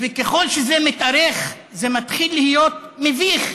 וככל שזה מתארך זה מתחיל להיות מביך,